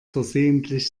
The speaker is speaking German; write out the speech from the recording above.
versehentlich